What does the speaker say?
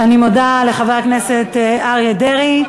אני מודה לחבר הכנסת אריה דרעי.